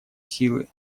силы